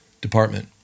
department